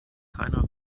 keiner